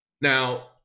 Now